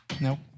Nope